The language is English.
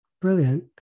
Brilliant